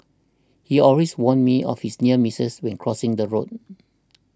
he always warn me of his near misses when crossing the road